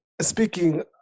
speaking